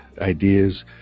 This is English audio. ideas